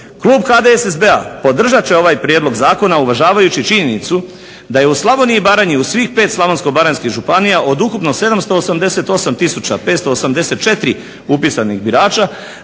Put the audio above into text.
Klub HDSSB-a podržat će ovaj Prijedlog zakona uvažavajući činjenicu da je u Slavoniji i Baranji u svih 5 slavonskih baranjskih županija od ukupno 788 tisuća 584 upisanih birača